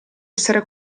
essere